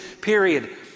period